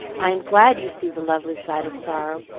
i am glad you see the lovely side of sorrow,